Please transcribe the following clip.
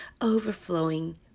overflowing